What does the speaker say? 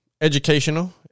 educational